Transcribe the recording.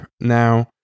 now